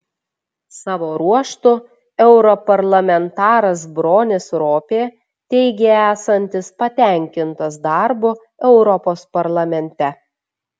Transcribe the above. savo ruožtu europarlamentaras bronis ropė teigė esantis patenkintas darbu europos parlamente